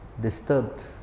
disturbed